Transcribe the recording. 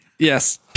Yes